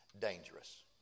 dangerous